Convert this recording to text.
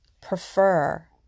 prefer